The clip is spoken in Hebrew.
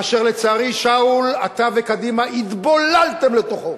אשר לצערי, שאול, אתה וקדימה התבוללתם לתוכו.